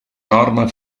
norma